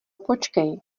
počkej